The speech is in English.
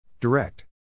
Direct